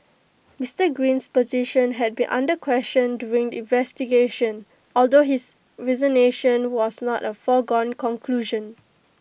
Mister Green's position had been under question during the investigation although his resignation was not A foregone conclusion